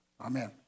Amen